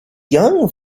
young